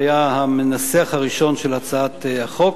שהיה המנסח הראשון של הצעת החוק.